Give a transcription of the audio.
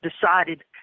decided